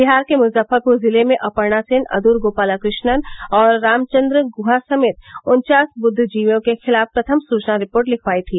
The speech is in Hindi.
बिहार के मुजफ्फरपुर जिले में अपर्णा सेन अदूर गोपाला कृष्णन और रामचन्द्र गुहा समेत उन्चास बुद्दिजीवियों के खिलाफ प्रथम सूचना रिपोर्ट लिखवाई थी